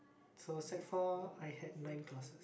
so sec-four I had nine classes